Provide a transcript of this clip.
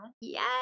Yes